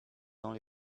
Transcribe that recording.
only